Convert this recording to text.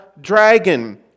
dragon